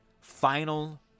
final